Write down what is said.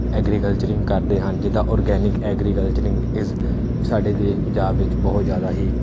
agriculturing ਕਰਦੇ ਹਨ ਜਿੱਦਾਂ ਔਰਗੈਨਿਕ ਐਗਰੀਕਲਚਰਿੰਗ ਇਜ ਸਾਡੇ ਦੇ ਪੰਜਾਬ ਵਿੱਚ ਬਹੁਤ ਜ਼ਿਆਦਾ ਹੀ